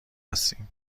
هستیم